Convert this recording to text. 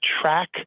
track